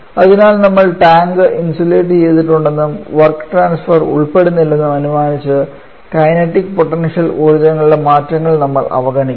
അതിനാൽ നമ്മൾ tank insulate ചെയ്യപ്പെട്ടിട്ടുണ്ടെന്നും വർക്ക് ട്രാൻസ്ഫർ ഉൾപ്പെടുന്നില്ലെന്നും അനുമാനിച്ച് കൈനറ്റിക് പൊട്ടൻഷ്യൽ ഊർജ്ജങ്ങളുടെ മാറ്റങ്ങൾ നമ്മൾ അവഗണിക്കുന്നു